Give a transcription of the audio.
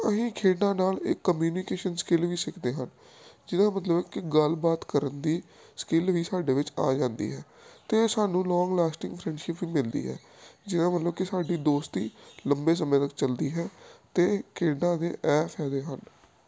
ਅਸੀਂ ਖੇਡਾਂ ਨਾਲ ਇੱਕ ਕਮਿਊਨੀਕੇਸ਼ਨ ਸਕਿੱਲ ਵੀ ਸਿੱਖਦੇ ਹਨ ਜਿਹਦਾ ਮਤਲਬ ਕਿ ਗੱਲਬਾਤ ਕਰਨ ਦੀ ਸਕਿੱਲ ਵੀ ਸਾਡੇ ਵਿੱਚ ਆ ਜਾਂਦੀ ਹੈ ਅਤੇ ਇਹ ਸਾਨੂੰ ਲੋਂਗ ਲਾਸਟਿੰਗ ਫਰੈਂਡਸ਼ਿਪ ਮਿਲਦੀ ਹੈ ਜਿਹਦਾ ਮਤਲਬ ਕਿ ਸਾਡੀ ਦੋਸਤੀ ਲੰਬੇ ਸਮੇਂ ਤੱਕ ਚਲਦੀ ਹੈ ਅਤੇ ਖੇਡਾਂ ਦੇ ਇਹ ਫਾਇਦੇ ਹਨ